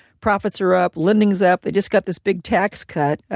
profits are up. lending is up. they just got this big tax cut.